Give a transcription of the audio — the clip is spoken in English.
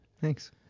Thanks